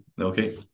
Okay